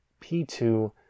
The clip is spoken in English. P2